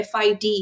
FID